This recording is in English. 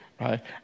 Right